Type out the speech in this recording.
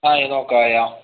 ആയി നോക്കായാ